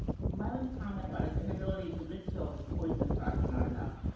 if milam's comment about his inability to rid till of his poisonous thoughts were not enough,